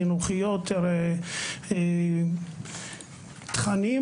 סיבות חינוכיות ובהן תכנים,